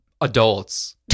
adults